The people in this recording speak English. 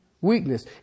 weakness